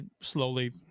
slowly